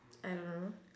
I don't know